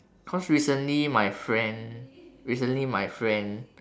cause recently my friend recently my friend